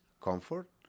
comfort